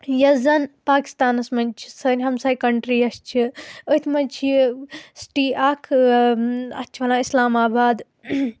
یۄس زن پاکِستانَس منٛز چھِ سٲنۍ ہمساے کَنٹرٛی یۄس چھِ أتھۍ منٛز چھِ یہِ سِٹی اکھ اَتھ چھِ ونان اِسلام آباد